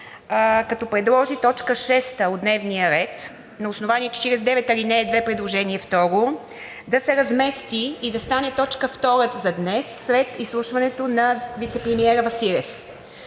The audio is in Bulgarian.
като предложи т. 6 от дневния ред на основание чл. 49, ал. 2, предложение второ да се размести и да стане т. 2 за днес след изслушването на вицепремиера Василев.